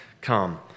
come